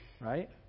Right